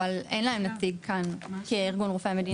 אבל אין להם נציג כאן כארגון רופאי המדינה.